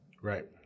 Right